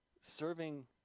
serving